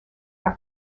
par